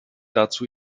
dazu